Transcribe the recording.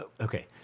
Okay